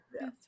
Yes